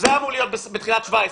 כשזה היה אמור להיות בתחילת 17',